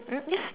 mm yes